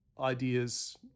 ideas